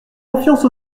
confiance